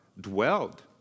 dwelled